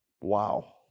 Wow